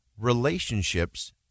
relationships